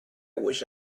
wish